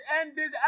ended